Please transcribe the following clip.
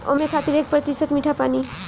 ओमें खातिर एक प्रतिशत मीठा पानी